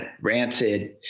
Rancid